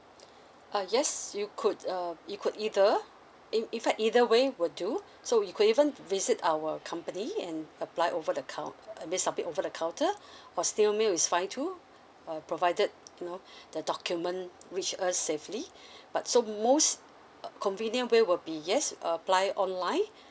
uh yes you could um you could either in in fact either way will do so you could even visit our company and apply over the count~ I mean submit over the counter for still mail is fine too uh provided you know the document reach us safely but so most uh convenience way will be yes apply online